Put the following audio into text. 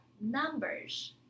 numbers